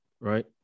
Right